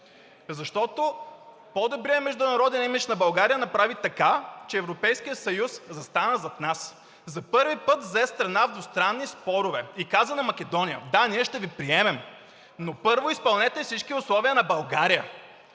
защото по-добрият международен имидж на България направи така, че Европейският съюз застана зад нас. За първи път взе страна в двустранни спорове и каза на Македония: да, ние ще Ви приемем, но първо изпълнете всички условия на България.